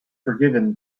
forgiven